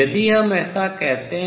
यदि हम ऐसा कहते हैं